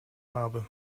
habe